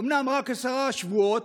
אומנם רק עשרה שבועות,